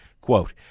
quote